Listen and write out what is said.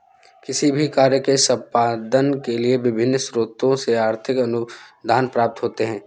किसी भी कार्य के संपादन के लिए विभिन्न स्रोतों से आर्थिक अनुदान प्राप्त होते हैं